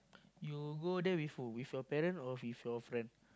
you go there before with your parent or with your friend